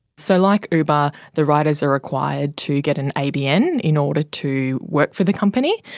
so, like uber, the riders are required to get an abn in order to work for the company,